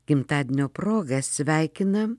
gimtadienio proga sveikinam